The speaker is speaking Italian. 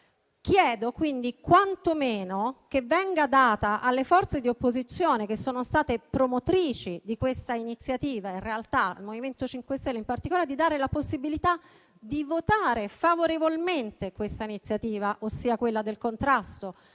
Chiedo quindi quantomeno che venga data alle forze di opposizione, che sono state promotrici di questa iniziativa, in realtà il MoVimento 5 Stelle in particolare, la possibilità di votare a favore di questa iniziativa, ossia quella del contrasto